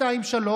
2 ו-3.